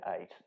eight